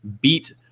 beat